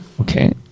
Okay